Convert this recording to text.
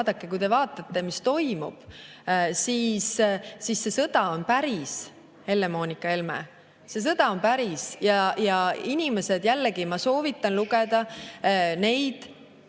Kui te vaatate, mis toimub, siis see sõda on päris. Helle‑Moonika Helme, see sõda on päris! Ja jällegi, ma soovitan lugeda